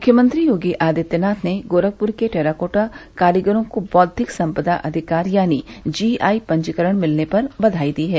मुख्यमंत्री योगी आदित्यनाथ ने गोरखपूर के टेराकोटा कारीगरी को बौद्विक संपदा अधिकार यानी जीआई पंजीकरण मिलने पर बधाई दी है